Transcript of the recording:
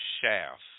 shaft